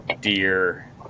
deer